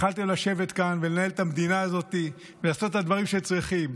יכולתם לשבת כאן ולנהל את המדינה הזאת ולעשות את הדברים שצריכים.